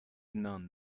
none